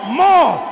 more